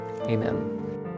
Amen